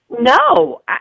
No